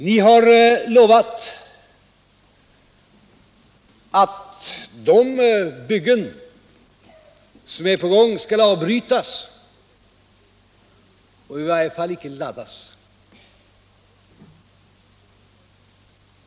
Ni har lovat att de byggen som är på gång skall avbrytas eller i varje fall icke laddas.